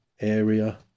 area